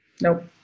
Nope